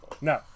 No